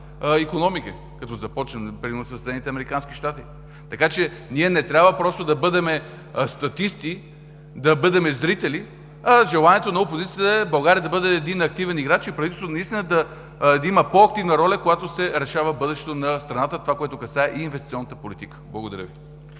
Съединените американски щати, така че ние не трябва да бъдем просто статисти, да бъдем зрители, а желанието на опозицията е България да бъде един активен играч и правителството наистина да има по-активна роля, когато се решава бъдещето на страната – това, което касае и инвестиционната политика. Благодаря Ви.